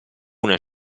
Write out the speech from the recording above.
una